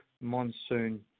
monsoon